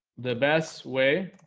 the best way